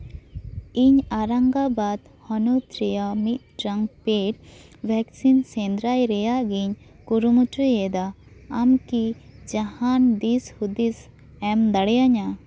ᱤᱧ ᱟᱨᱟᱝᱜᱟᱵᱟᱫᱽ ᱦᱚᱱᱚᱛ ᱨᱮᱭᱟᱜ ᱢᱤᱫᱴᱟᱱ ᱯᱮᱹᱰ ᱵᱷᱮᱠᱥᱤᱱ ᱥᱮᱸᱫᱽᱨᱟ ᱨᱮᱭᱟᱜ ᱜᱤᱧ ᱠᱩᱨᱩᱢᱩᱴᱩᱭᱮᱫᱟ ᱟᱢ ᱠᱤ ᱡᱟᱦᱟᱱ ᱫᱤᱥ ᱦᱩᱫᱤᱥ ᱮᱢ ᱫᱟᱲᱮᱭᱟᱹᱧᱟ